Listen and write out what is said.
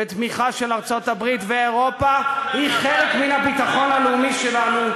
ותמיכה של ארצות-הברית ואירופה היא חלק מן הביטחון הלאומי שלנו,